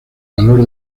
valor